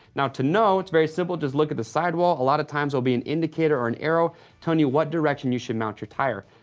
now to know, it's very simple, just look at the sidewall. a lot of times there'll be an indicator or an arrow telling you what direction you should mount your tire.